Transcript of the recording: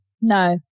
No